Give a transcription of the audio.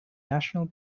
national